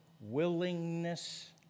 willingness